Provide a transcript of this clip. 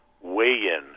weigh-in